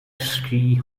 ski